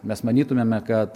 mes manytumėme kad